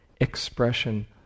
expression